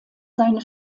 seine